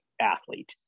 athlete